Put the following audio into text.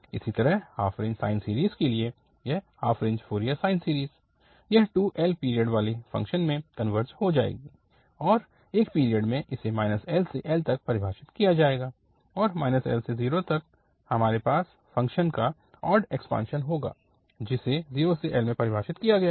इसी तरह half range sine series के लिए यह half range Fourier sine series यह 2L पीरियड वाले फ़ंक्शन में कनवर्ज हो जाएगी और एक पीरियड में इसे L से L तक परिभाषित किया जाएगा और L से 0 तक हमरे पास फ़ंक्शन का ऑड एक्सपांशन होगा जिसे इस 0 से L में परिभाषित किया गया है